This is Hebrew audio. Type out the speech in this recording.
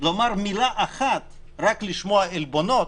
לומר מילה אחת, רק לשמוע עלבונות,